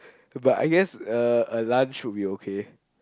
but I guess uh a lunch would be okay